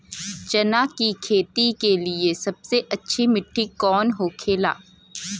चना की खेती के लिए सबसे अच्छी मिट्टी कौन होखे ला?